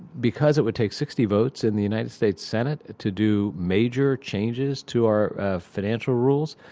because it would take sixty votes in the united states senate to do major changes to our financial rules,